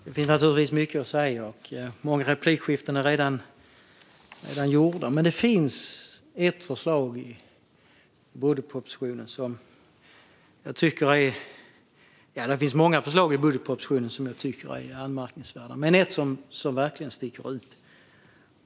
Fru talman! Det finns mycket att säga, och flera replikskiften är redan klara. Det finns många förslag i budgetpropositionen som jag tycker är anmärkningsvärda, men det är ett som verkligen sticker ut.